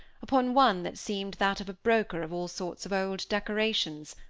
upon one that seemed that of a broker of all sorts of old decorations,